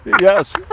Yes